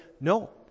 no